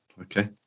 Okay